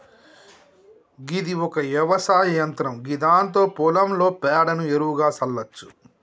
గిది ఒక వ్యవసాయ యంత్రం గిదాంతో పొలంలో పేడను ఎరువుగా సల్లచ్చు